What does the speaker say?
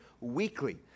weekly